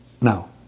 Now